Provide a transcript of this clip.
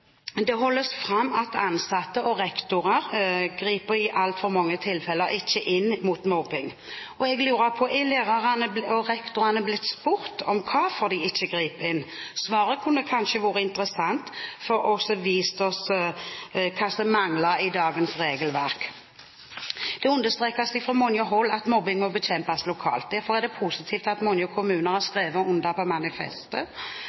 Det holdes fram at ansatte og rektorer i altfor mange tilfeller ikke griper inn mot mobbing. Jeg lurer på om lærerne og rektorene er blitt spurt om hvorfor de ikke griper inn. Svaret kunne kanskje vært interessant og også vist oss hva som mangler i dagens regelverk. Det understrekes fra mange hold at mobbing må bekjempes lokalt. Derfor er det positivt at mange kommuner har